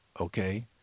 okay